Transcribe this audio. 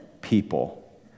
people